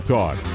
Talk